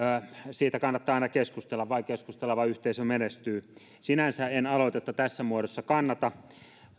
siitä kannattaa aina keskustella vain keskusteleva yhteisö menestyy sinänsä en aloitetta tässä muodossa kannata